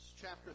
chapter